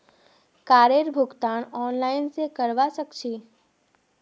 कारेर भुगतान ऑनलाइन स करवा सक छी